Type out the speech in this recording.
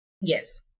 Yes